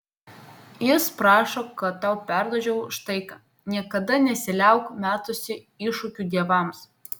jis prašo kad tau perduočiau štai ką niekada nesiliauk metusi iššūkių dievams